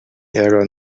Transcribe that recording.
ärger